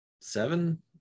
seven